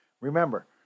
Remember